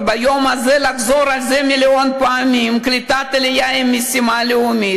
וביום הזה לחזור על זה מיליון פעמים: קליטת עלייה היא משימה לאומית,